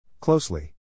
Closely